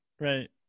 Right